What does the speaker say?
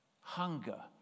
hunger